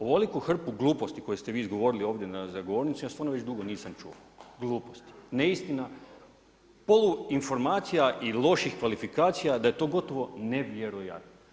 Ovoliku hrpu gluposti koju ste vi izgovorili ovdje za govornicom ja stvarno već dugo nisam čuo, gluposti, neistina, poluinformacija i loših kvalifikacija da je to gotovo nevjerojatno.